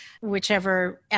whichever